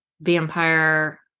vampire